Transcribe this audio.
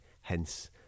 hence